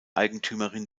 eigentümerin